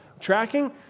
Tracking